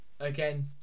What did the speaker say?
again